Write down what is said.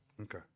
Okay